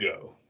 go